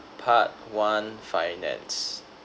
part one finance